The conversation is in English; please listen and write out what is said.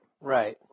Right